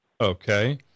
Okay